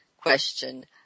question